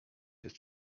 jest